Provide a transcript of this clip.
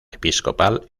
episcopal